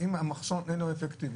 אם המחסום אין לו אפקטיביות,